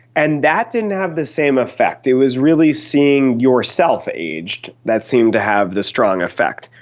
and that didn't have the same effect. it was really seeing yourself aged that seems to have the strong effect.